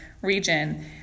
region